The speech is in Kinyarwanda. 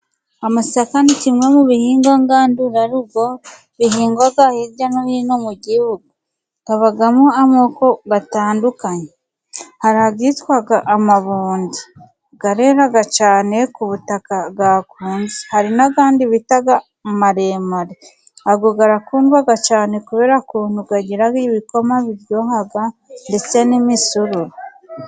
Amasaka ni kimwe mu bihingwa ngandurarugo bihingwa hirya no hino mu gihugu. Habamo amoko atandukanye. Hari ayitwa amabundi, arera cyane ku butaka bwakunze. Hari n'ayandi bita amaremare, ayo arakundwa cyane, kubera ukuntu agira ibikoma biryoha ndetse n'imisuru.